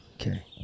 Okay